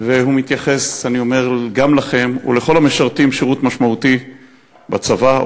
והוא מתייחס גם אליכם ואל כל המשרתים שירות משמעותי בצבא,